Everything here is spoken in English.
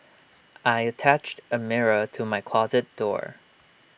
I attached A mirror to my closet door